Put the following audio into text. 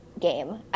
game